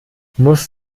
muss